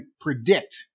predict